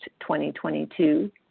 2022